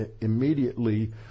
immediately